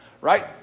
right